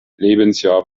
lebensjahr